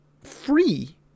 free